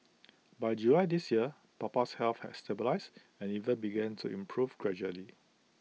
by July this year Papa's health had stabilised and even begun to improve gradually